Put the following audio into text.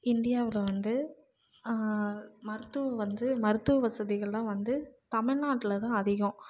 இந்தியாவில் வந்து மருத்துவம் வந்து மருத்துவ வசதிகள்லாம் வந்து தமிழ்நாட்டில் தான் அதிகம்